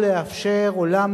סליחה,